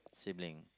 sibling